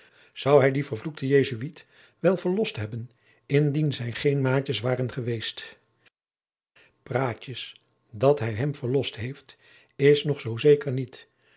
zoude hij dien vervloekten jesuit wel verlost hebben indien zij geen maatjens waren geweest praatjens dat hij hem verlost heeft is nog zoo zeker niet